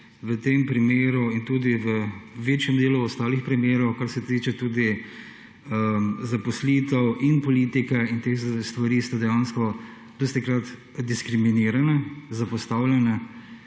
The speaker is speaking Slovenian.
v te primeru in tudi v večjem delu ostalih primerov, kar se tiče tudi zaposlitev in politike in te stvari, so dejansko dostikrat diskriminirane, zapostavljene